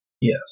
yes